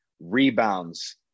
rebounds